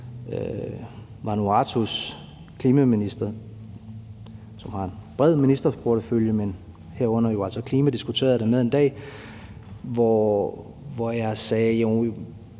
Vanuatus' klimaminister, som har en bred portefølje, men herunder jo altså klima, diskuterede jeg det med en dag, hvor jeg sagde,